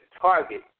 target